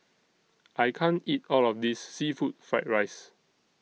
I can't eat All of This Seafood Fried Rice